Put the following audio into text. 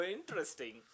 Interesting